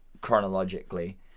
chronologically